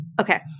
Okay